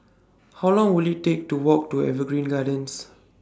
How Long Will IT Take to Walk to Evergreen Gardens